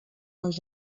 les